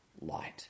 light